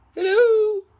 Hello